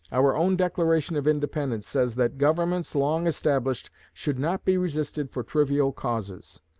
our own declaration of independence says that governments long established should not be resisted for trivial causes.